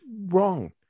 wrong